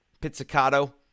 pizzicato